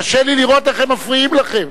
קשה לי לראות איך הם מפריעים לכם.